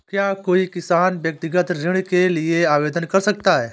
क्या कोई किसान व्यक्तिगत ऋण के लिए आवेदन कर सकता है?